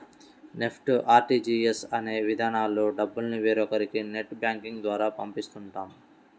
NEFT, RTGS అనే విధానాల్లో డబ్బుల్ని వేరొకరికి నెట్ బ్యాంకింగ్ ద్వారా పంపిస్తుంటాం